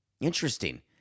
interesting